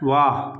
वाह